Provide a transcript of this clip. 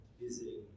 visiting